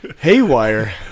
Haywire